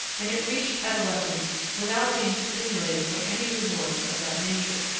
and it reached adolescence without being stimulated by any rewards of that nature.